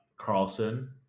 Carlson